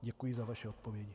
Děkuji za vaše odpovědi.